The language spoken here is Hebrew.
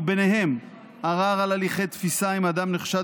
וביניהם ערר על הליכי תפיסה אם אדם נחשד